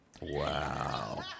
wow